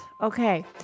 Okay